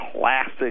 classic